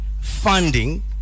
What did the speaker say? funding